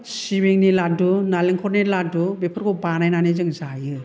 सिबिंनि लाद्दु नालेंखरनि लाददु बेफोरखौ बानायनानै जों जायो